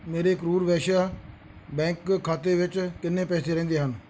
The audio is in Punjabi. ਮੇਰੇ ਕਰੂਰ ਵੈਸ਼ਿਆ ਬੈਂਕ ਖਾਤੇ ਵਿੱਚ ਕਿੰਨੇ ਪੈਸੇ ਰਹਿੰਦੇ ਹਨ